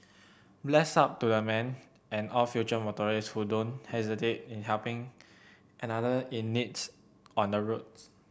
bless up to the man and all future motorist who don't hesitate in helping another in needs on the roads